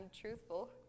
truthful